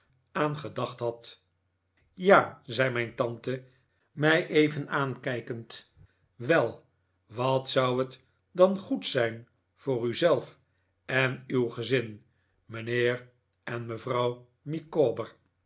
aan gedacht had ja zei mijn tante mij even aankijkend wel wat zou het dan goed zijn voor u zelf en uw gezin mijnheer en mevrouw